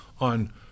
on